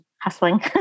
hustling